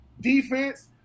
defense